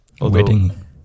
wedding